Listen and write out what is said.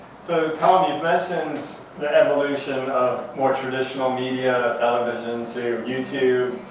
so, tom, you've mentioned the evolution of more traditional media, television to youtube,